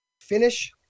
Finish